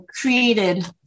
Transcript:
created